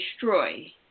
destroy